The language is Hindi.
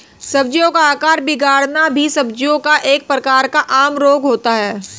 सब्जियों का आकार बिगड़ना भी सब्जियों का एक प्रकार का आम रोग होता है